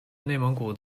内蒙古